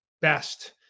best